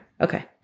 Okay